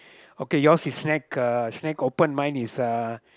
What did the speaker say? okay yours is snack uh snack open mine is uh